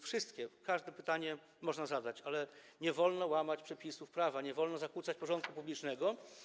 Wszystkie pytania - każde pytanie - można zadać, ale nie wolno łamać przepisów prawa, nie wolno zakłócać porządku publicznego.